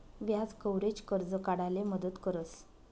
व्याज कव्हरेज, कर्ज काढाले मदत करस